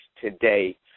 today